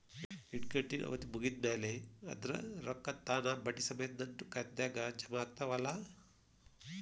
ಇಡಗಂಟಿನ್ ಅವಧಿ ಮುಗದ್ ಮ್ಯಾಲೆ ಅದರ ರೊಕ್ಕಾ ತಾನ ಬಡ್ಡಿ ಸಮೇತ ನನ್ನ ಖಾತೆದಾಗ್ ಜಮಾ ಆಗ್ತಾವ್ ಅಲಾ?